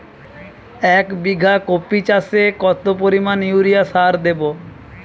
এক বিঘা কপি চাষে কত পরিমাণ ইউরিয়া সার দেবো?